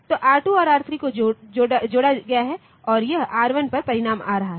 तो R2 और R3 को जोड़ा गया है और यह R1 पर परिणाम आ रहा है